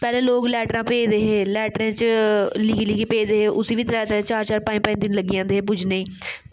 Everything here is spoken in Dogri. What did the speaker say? पैह्लें लोग लैट्टरां भेजदे हे लैट्टरें च लिखी लिखी भेज़दे हे उसी बी त्रै त्रै चार चार पंज पंज दिन लग्गी जंदे हे पुज्जने गी